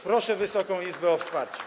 Proszę Wysoką Izbę o wsparcie.